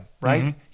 right